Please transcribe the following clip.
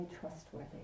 trustworthy